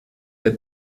der